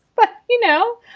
but, you know,